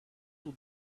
will